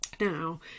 Now